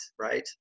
right